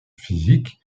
physique